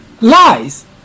lies